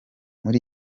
muri